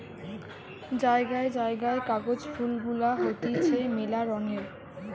জায়গায় জায়গায় কাগজ ফুল গুলা হতিছে মেলা রঙের